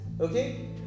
okay